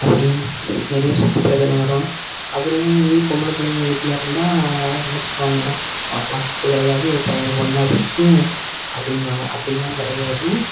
அப்படின் நிறைய சொத்து பிரச்சனை வரும் அப்புறம் இதுவே பொம்பளை பிள்ளைங்க வீட்டில் இருந்தால் என்ன சொல்வாங்க உனக்கெலாம் சொத்து கிடையாது பையனுக்கு மட்டும் தான் சொத்து அப்படிம்பாங்க அப்படிலாம் கிடையாது